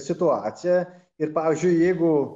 situaciją ir pavyzdžiui jeigu